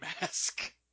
mask